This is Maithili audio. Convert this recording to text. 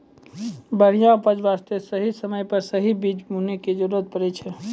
बढ़िया उपज वास्तॅ सही समय पर सही बीज बूनै के जरूरत पड़ै छै